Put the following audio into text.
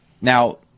Now